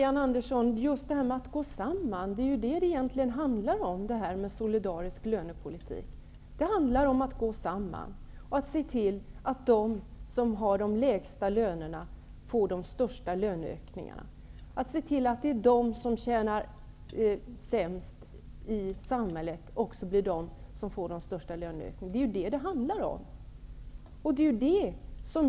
Herr talman! Marianne Andersson, den solidariska lönepolitiken handlar ju egentligen om att gå samman och att se till att de som har de lägsta lönerna i samhället får de största löneökningarna.